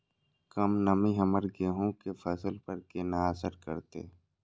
कम नमी हमर गेहूँ के फसल पर केना असर करतय?